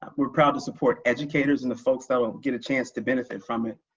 ah we're proud to support educators and the folks that and get a chance to benefit from it.